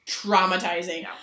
traumatizing